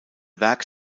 werk